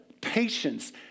patience